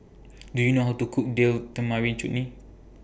Do YOU know How to Cook Deal Tamarind Chutney